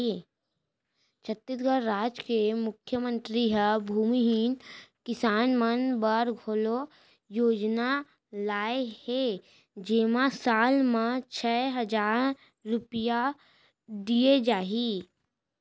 छत्तीसगढ़ राज के मुख्यमंतरी ह भूमिहीन किसान मन बर घलौ योजना लाए हे जेमा साल म छै हजार रूपिया दिये जाही